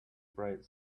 bright